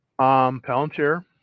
Palantir